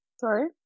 Sorry